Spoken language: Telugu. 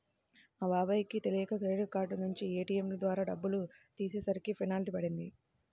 మా బాబాయ్ కి తెలియక క్రెడిట్ కార్డు నుంచి ఏ.టీ.యం ద్వారా డబ్బులు తీసేసరికి పెనాల్టీ పడింది